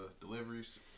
deliveries